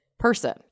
person